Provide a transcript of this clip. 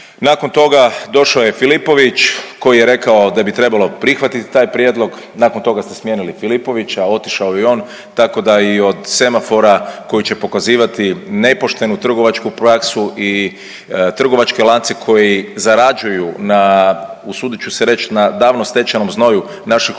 Nakon toga došao je Filipović koji je rekao da bi trebalo prihvatiti taj prijedlog. Nakon toga ste smijenili Filipovića, otišao je i on tako da i od semafora koji će pokazivati nepoštenu trgovačku praksu i trgovačke lance koji zarađuju na usudit ću se reći na davno stečenom znoju naših umirovljenika.